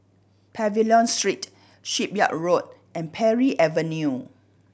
Pavilion Street Shipyard Road and Parry Avenue